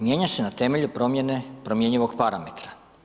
Mijenja se na temelju promijene promjenjivog parametra.